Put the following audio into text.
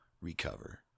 recover